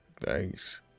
Thanks